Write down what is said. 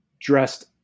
dressed